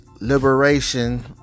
liberation